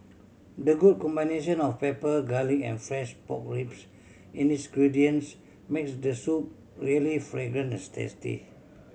the good combination of pepper garlic and fresh pork ribs in its gradients makes the soup really fragrant and tasty